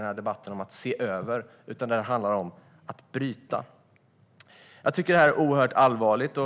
här debatten, Stefan Löfven, att "se över", utan det handlar om att "bryta". Jag tycker att det här är oerhört allvarligt.